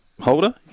holder